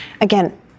again